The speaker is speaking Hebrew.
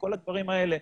כל הדברים האלה,